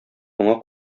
моңа